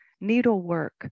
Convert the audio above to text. needlework